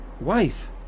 wife